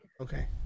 Okay